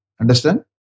Understand